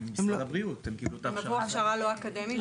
הם עברו הכשרה לא אקדמית.